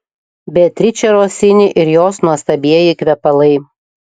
beatričė rosini ir jos nuostabieji kvepalai